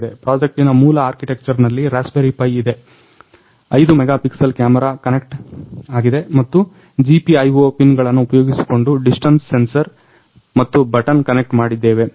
ಪ್ರಾಜೆಕ್ಟಿನ ಮೂಲ ಆರ್ಕಿಟೆಕ್ಚರ್ನಲ್ಲಿ Raspberry Pi ಇದೆ 5 ಮೆಗಾಪಿಕ್ಸೆಲ್ ಕ್ಯಾಮರ ಕನೆಟ್ಕ್ ಆಗಿದೆ ಮತ್ತು GPIO ಪಿನ್ಗಳನ್ನ ಉಪಯೋಗಿಸಿಕೊಂಡು ಡಿಸ್ಟನ್ಸ್ ಸೆನ್ಸರ್ ಮತ್ತು ಬಟನ್ ಕನೆಕ್ಟ್ ಮಾಡಿದ್ದೇವೆ